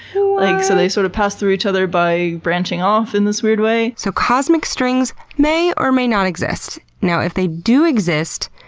like so, they sort of pass through each other by branching off in this weird way. so cosmic strings may or may not exist. now, if they do exist,